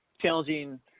challenging